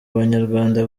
abanyarwanda